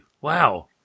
wow